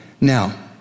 Now